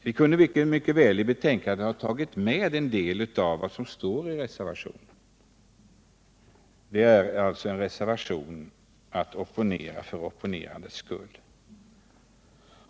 Vi kunde mycket väl i betänkandet ha tagit med en del av vad som står i reservationen. Man opponerar för opponerandets skull.